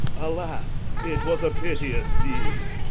alas, it was a pittious deed.